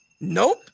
Nope